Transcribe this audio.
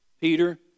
Peter